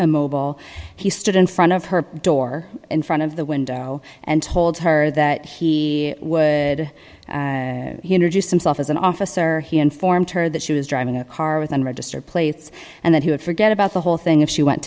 immobile he stood in front of her door in front of the window and told her that he would introduce himself as an officer he informed her that she was driving a car with unregistered plates and that he would forget about the whole thing if she went